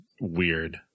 weird